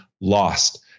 lost